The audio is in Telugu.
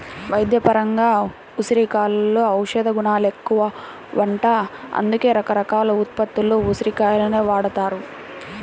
వైద్యపరంగా ఉసిరికలో ఔషధగుణాలెక్కువంట, అందుకే రకరకాల ఉత్పత్తుల్లో ఉసిరి కాయలను వాడతారు